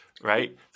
Right